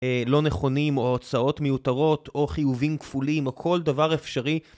לא נכונים, או הצעות מיותרות, או חיובים כפולים, או כל דבר אפשרי.